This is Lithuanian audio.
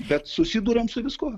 bet susiduriam su viskuo